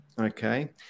okay